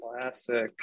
Classic